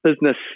business